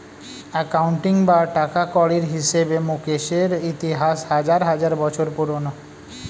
accounting বা টাকাকড়ির হিসেবে মুকেশের ইতিহাস হাজার হাজার বছর পুরোনো